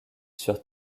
sur